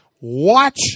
Watch